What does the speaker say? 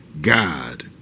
God